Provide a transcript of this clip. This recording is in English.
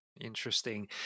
Interesting